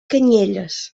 canyelles